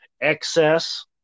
excess